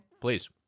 Please